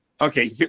Okay